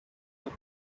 meat